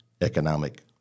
economic